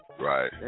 Right